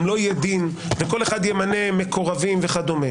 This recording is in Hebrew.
לא יהיה דין וכל אחד ימנה מקורבים וכדומה.